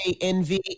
Envy